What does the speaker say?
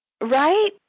Right